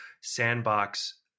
sandbox